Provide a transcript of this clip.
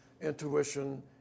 intuition